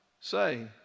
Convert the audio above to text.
say